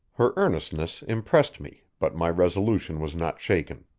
her earnestness impressed me, but my resolution was not shaken.